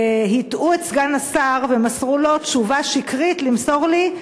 הטעו את סגן השר ומסרו לו תשובה שקרית למסור לי,